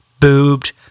boobed